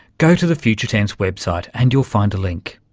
go to the future tense website and you'll find a link.